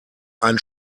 ein